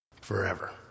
forever